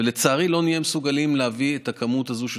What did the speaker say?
ולצערי לא נהיה מסוגלים להביא את הכמות הזאת של